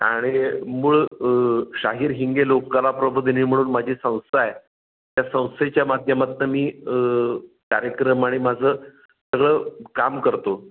आणि मूळ शाहीर हिंगे लोककला प्रबोधिनी म्हणून माझी संस्था आहे त्या संस्थेच्या माध्यमातनं मी कार्यक्रम आणि माझं सगळं काम करतो